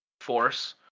force